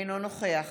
אינו נוכח